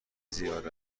زیاد